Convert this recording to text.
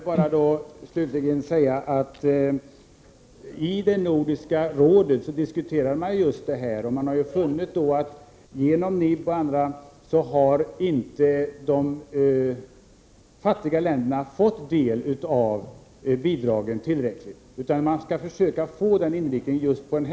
Fru talman! I Nordiska rådet diskuterar man just detta. Man har då funnit att de fattiga länderna inte tillräckligt har fått del av bidragen från NIB och andra organisationer. Därför skall man försöka ge just denna fond den inriktningen.